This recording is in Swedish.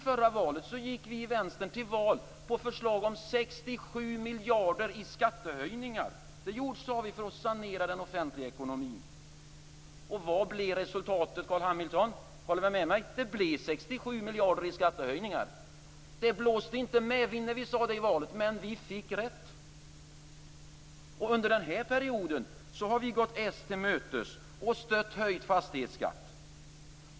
Förra gången gick vi i Vänstern till val med förslag om 67 miljarder kronor i skattehöjningar. Det sade vi för att sanera den offentliga ekonomin. Vad blev resultatet? Där håller väl Carl Hamilton med mig? Det blev 67 miljarder i skattehöjningar. Det blåste inte medvind när vi sade det i valet men vi fick rätt. Under den här perioden har vi gått Socialdemokraterna till mötes och stött detta med höjd fastighetsskatt.